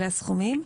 אלה הסכומים.